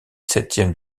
septième